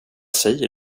säger